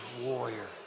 warrior